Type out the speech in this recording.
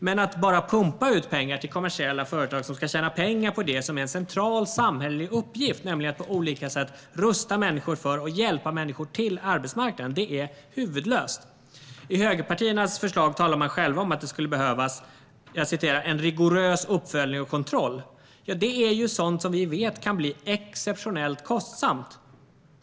Men att bara pumpa ut pengar till kommersiella företag som ska tjäna pengar på det som är en central samhällelig uppgift, nämligen att på olika sätt rusta människor för och hjälpa människor till arbetsmarknaden, är huvudlöst. I högerpartiernas förslag talar man själv om att det skulle behövas "en rigorös uppföljning och kontroll". Ja, det är sådant som vi vet kan bli exceptionellt kostsamt.